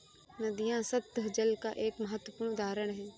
नदियां सत्तह जल का एक महत्वपूर्ण उदाहरण है